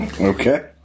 Okay